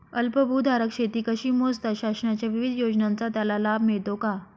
अल्पभूधारक शेती कशी मोजतात? शासनाच्या विविध योजनांचा त्याला लाभ मिळतो का?